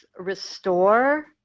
restore